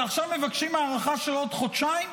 ועכשיו מבקשים הארכה של עוד חודשיים?